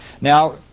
Now